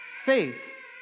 faith